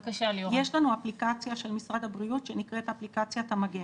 לנו אפליקציה של משרד הבריאות שנקראת אפליקציית המגן.